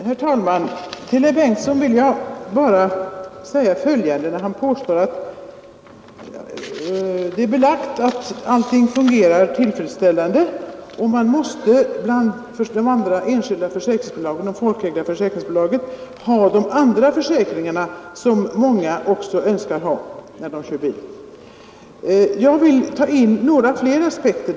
Herr talman! Till herr Bengtsson vill jag säga följande med anledning av att han påstår att det är belagt att allting fungerar tillfredsställande och att man måste hos de enskilda försäkringsbolagen och det folkägda försäkringsbolaget ha de andra försäkringar som många också önskar ha, när de kör bil. Bara några aspekter.